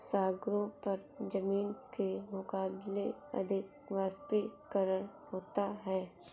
सागरों पर जमीन के मुकाबले अधिक वाष्पीकरण होता है